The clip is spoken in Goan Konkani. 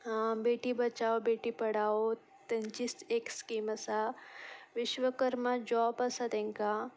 बेटी बचाओ बेटी पढाओ तेंची एक स्कीम आसा विश्वकर्मा जॉब आसा तांकां